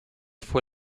fue